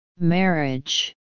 marriage